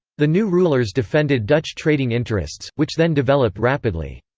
the new rulers defended dutch trading interests, which then developed rapidly.